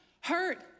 hurt